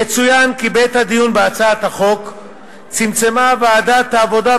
יצוין כי בעת הדיון בהצעת החוק צמצמה ועדת העבודה,